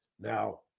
Now